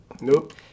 Nope